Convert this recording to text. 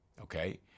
Okay